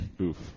Oof